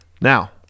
Now